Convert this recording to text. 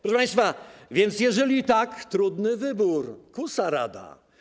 Proszę państwa, więc jeżeli tak - trudny wybór, kusa rada.